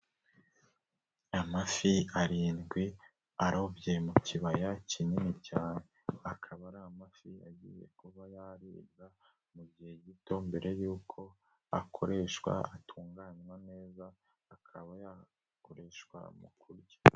Amafi arindwi arobye mu kibaya kinini cyane, akaba ari amafi agiye kuba yaribwa mu gihe gito mbere yuko akoreshwa, atunganywa neza akaba yakoreshwa mu kurya.